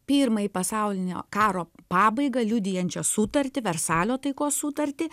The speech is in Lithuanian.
pirmąjį pasaulinio karo pabaigą liudijančią sutartį versalio taikos sutartį